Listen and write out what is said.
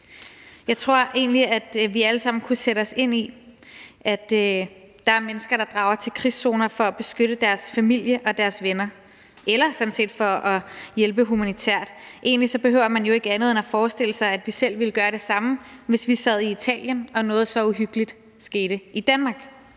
Jeg tror egentlig, at vi alle sammen kunne sætte os ind i, at der er mennesker, der drager til krigszoner for at beskytte deres familie og deres venner eller for at hjælpe humanitært. Egentlig behøver man jo ikke andet end at forestille sig, at vi selv ville gøre det samme, hvis vi sad i Italien, mens sådan noget så uhyggeligt skete i Danmark,